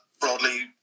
broadly